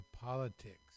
politics